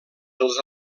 dels